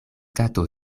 kato